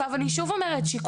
אני שוב אומרת,